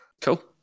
Cool